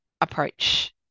approach